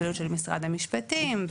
הפעילות של משרד המשפטים,